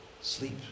sleep